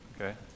okay